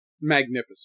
magnificent